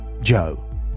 Joe